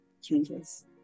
changes